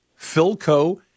philco